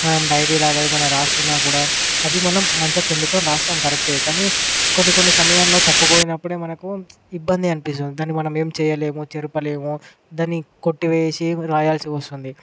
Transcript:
మనం డైరీలాగా ఏమైనా రాస్తున్న కూడా అది మనం మంచిగ పెన్నుతో రాస్తాం కరెక్టే కానీ కొన్ని కొన్ని సమయాల్లో తప్పు పోయినప్పుడే మనకు ఇబ్బంది అనిపిస్తుంది దాన్ని మనం ఏమి చేయలేము చెరపలేము దాన్ని కొట్టివేసి రాయాల్సి వస్తుంది